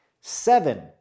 Seven